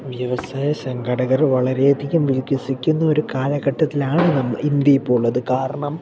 വ്യവസായ സംഘടകർ വളരെ അധികം വികസിക്കുന്ന ഒരു കാലഘട്ടത്തിലാണ് നമ്മൾ ഇന്ത്യയി ഇപ്പോൾ ഉള്ളത് കാരണം